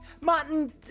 Martin